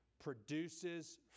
produces